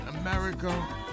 America